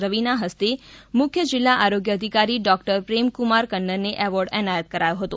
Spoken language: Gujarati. રવિના હસ્તે મુખ્ય જીલ્લા આરોગ્ય અધિકારી ડોકટર પ્રેમક્રમાર કન્નરને એવોર્ડ એનાયત કરાયો હતો